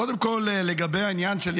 חבר הכנסת פורר, רשות הדיבור שלך.